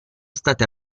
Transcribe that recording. state